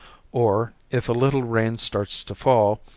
or, if a little rain starts to fall,